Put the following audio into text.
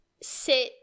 sit